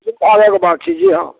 ओ तऽ अलग बात छियै जे हँ